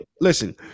Listen